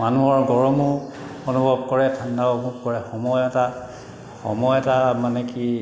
মানুহৰ গৰমো অনুভৱ কৰে ঠাণ্ডাও অনুভৱ কৰে সময় এটা সময় এটা মানে কি